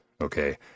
okay